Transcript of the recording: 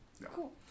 Cool